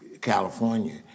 California